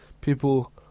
People